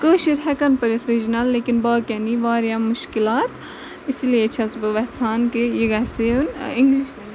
کٲشرۍ ہیٚکن پٔرِتھ رِجنل لیکن باقین یی واریاہ مُشکِلات اسی لیے چھَس بہٕ یژھان کہِ یہِ گژھِ یُن انگلش